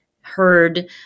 heard